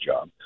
job